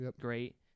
great